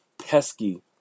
pesky